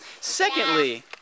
Secondly